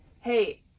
hey